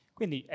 Quindi